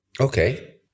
okay